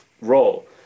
role